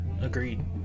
agreed